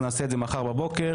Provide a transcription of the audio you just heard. אז נעשה את זה מחר בבוקר.